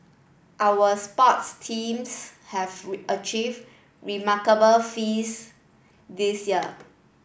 our sports teams have achieved remarkable feats this year